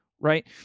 Right